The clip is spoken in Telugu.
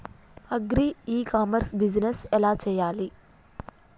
అగ్రి ఇ కామర్స్ బిజినెస్ ఎలా చెయ్యాలి?